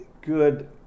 good